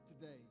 today